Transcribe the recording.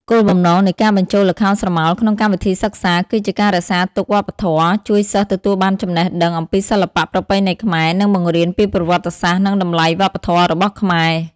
គោលបំណងនៃការបញ្ចូលល្ខោនស្រមោលក្នុងកម្មវិធីសិក្សាគឺជាការរក្សាទុកវប្បធម៌ ជួយសិស្សទទួលបានចំណេះដឹងអំពីសិល្បៈប្រពៃណីខ្មែរ និងបង្រៀនពីប្រវត្តិសាស្ត្រនិងតម្លៃវប្ប ធម៌របស់ខ្មែរ។